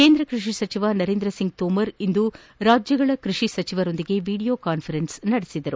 ಕೇಂದ್ರ ಕೈಷಿ ಸಚಿವ ನರೇಂದ್ರ ಸಿಂಗ್ ತೋಮರ್ ಇಂದು ರಾಜ್ಞಗಳ ಕೈಷಿ ಸಚಿವರೊಂದಿಗೆ ವಿಡಿಯೊ ಕಾಸ್ಪರೆನ್ಸ್ ನಡೆಸಿದರು